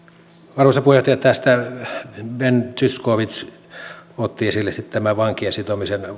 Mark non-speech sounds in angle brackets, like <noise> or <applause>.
arvoisa puheenjohtaja tässä ben zyskowicz otti esille tämän vankien sitomisen <unintelligible>